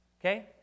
Okay